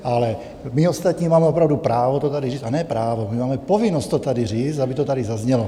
Ale my ostatní máme opravdu právo to tady říct, a ne právo, my máme povinnost to tady říct, aby to tady zaznělo.